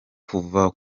kuva